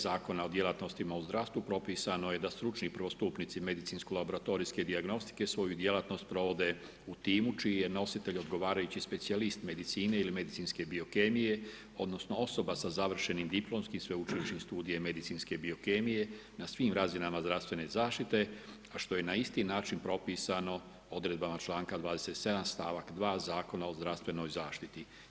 Zakona o djelatnostima u zdravstvu propisano je da stručni prvostupnici medicinsko-laboratorijske dijagnostike svoju djelatnost provode u timu čiji je nositelj odgovarajući specijalist medicine ili medicinske biokemije odnosno osoba za završenim diplomskim sveučilišnim studijem medicinske biokemije na svim razinama zdravstvene zaštite a što je na isti način propisano odredbama članka 27. stavak 2. Zakona o zdravstvenoj zaštiti.